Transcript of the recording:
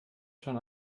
schon